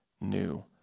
new